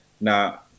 Now